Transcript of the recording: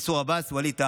מנסור עבאס ווליד טאהא.